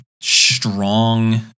strong